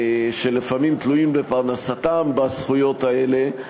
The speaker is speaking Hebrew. שלפעמים תלויים בפרנסתם בזכויות האלה,